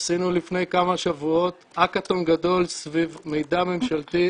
עשינו לפני כמה שבועות האקתון גדול סביב מידע ממשלתי,